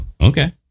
Okay